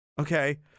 okay